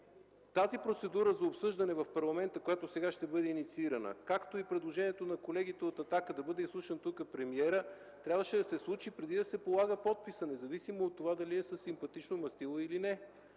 тази процедура за обсъждане в парламента, която сега ще бъде инициирана, както и предложението на колегите от „Атака” – да бъде изслушан премиерът тук, трябваше да се случи, преди да се полага подписът, независимо от това дали е със симпатично мастило, или не.